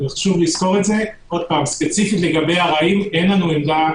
חשוב לזכור את זה, שוב לגבי ארעים אין לנו עמדה